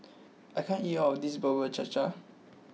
I can't eat all of this Bubur Cha Cha